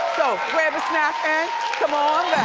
grab a snack and come on